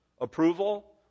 Approval